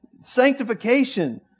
sanctification